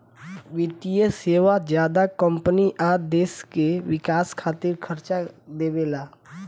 वित्तीय सेवा ज्यादा कम्पनी आ देश के विकास खातिर कर्जा देवेला